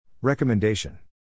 Recommendation